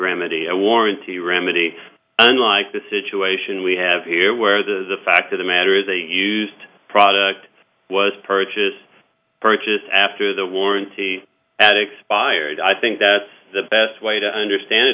remedy a warranty remedy unlike the situation we have here where the fact of the matter is a used product was purchased for just after the warranty at expired i think that's the best way to understand it